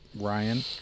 Ryan